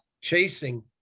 chasing